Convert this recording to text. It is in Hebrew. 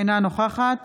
אינה נוכחת